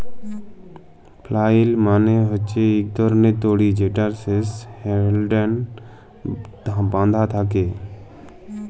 flail মালে হছে ইক ধরলের দড়ি যেটর শেষে হ্যালডেল বাঁধা থ্যাকে